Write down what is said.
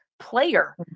player